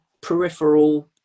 peripheral